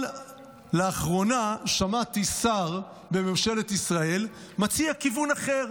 אבל לאחרונה שמעתי שר בממשלת ישראל מציע כיוון אחר,